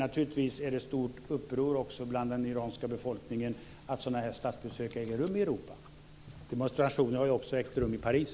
Naturligtvis är det stort uppror också bland den iranska befolkningen med anledning av att sådana här statsbesök äger rum i Europa. Demonstrationer har också ägt rum i Paris.